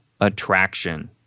attraction